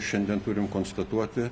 šiandien turim konstatuoti